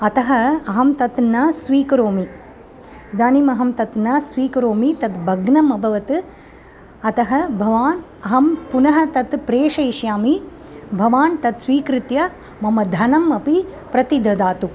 अतः अहं तत् न स्वीकरोमि इदानीम् अहं तत् न स्वीकरोमि तद् भग्नम् अभवत् अतः भवान् अहं पुनः तत् प्रेषयिष्यामि भवान् तत् स्वीकृत्य मम धनम् अपि प्रतिददातु